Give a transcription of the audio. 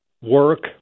work